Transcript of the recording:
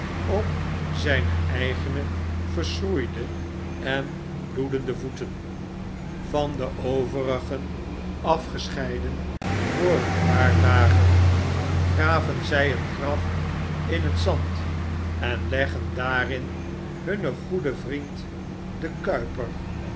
op zyn eigene verschroeide en bloedende voeten van de overigen afgescheiden voor een paar dagen graven zjjeengrafinhet zand en leggen daarin hun goeden vriend den kuiper